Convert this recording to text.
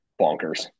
bonkers